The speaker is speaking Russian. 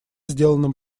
сделанным